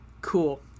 Cool